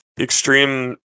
extreme